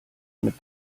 mit